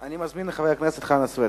אני מזמין את חבר הכנסת חנא סוייד,